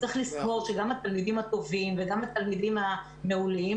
צריך לזכור שגם התלמידים הטובים וגם התלמידים המעולים,